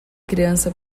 criança